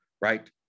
right